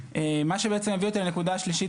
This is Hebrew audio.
מה שבעצם מביא אותי לנקודה השלישית